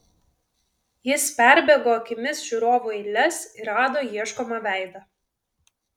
jis perbėgo akimis žiūrovų eiles ir rado ieškomą veidą